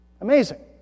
Amazing